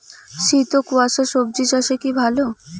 শীত ও কুয়াশা স্বজি চাষে কি ভালো?